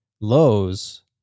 lows